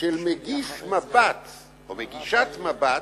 של מגיש "מבט" או מגישת "מבט",